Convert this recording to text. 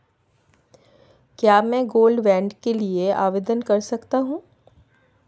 क्या मैं gold bond के लिए आवेदन कर सकता हूं?